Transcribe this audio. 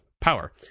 power